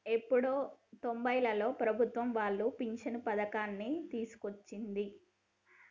ఎప్పుడో తొంబైలలో ప్రభుత్వం వాళ్లు పించను పథకాన్ని తీసుకొచ్చింది